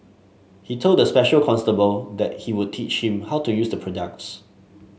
he told the special constable that he would teach him how to use the products